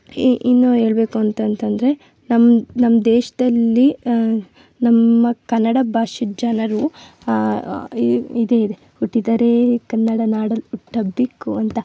ಇನ್ನೂ ಹೇಳ್ಬೇಕು ಅಂತಂತಂದ್ರೆ ನಮ್ಮ ನಮ್ಮ ದೇಶದಲ್ಲಿ ನಮ್ಮ ಕನ್ನಡ ಭಾಷೆ ಜನರು ಇದೇ ಇದೆ ಹುಟ್ಟಿದರೇ ಕನ್ನಡ ನಾಡಲ್ ಹುಟ್ಟಬ್ಬೇಕು ಅಂತ